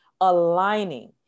aligning